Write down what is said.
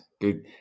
Good